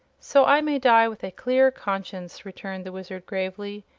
so i may die with a clear conscience, returned the wizard, gravely.